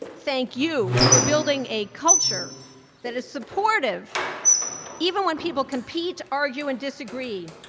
thank you for building a culture that is supportive even when people compete, argue, and disagree.